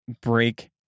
break